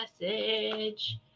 message